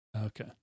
Okay